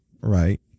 Right